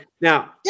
Now